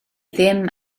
ddim